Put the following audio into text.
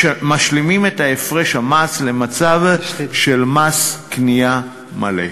משלימים את הפרש המס למצב של מס קנייה מלא.